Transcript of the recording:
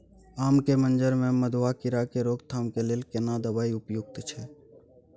आम के मंजर में मधुआ कीरा के रोकथाम के लेल केना दवाई उपयुक्त छै?